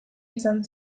izan